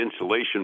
insulation